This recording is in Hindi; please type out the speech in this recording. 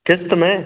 क़िस्त में